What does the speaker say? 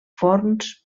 forns